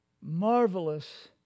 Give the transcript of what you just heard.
marvelous